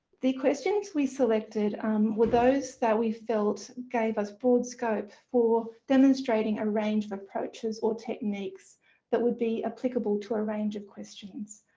the questions we selected were those that we felt gave us broad scope for demonstrating a range of approaches or techniques that would be applicable to a range of questions.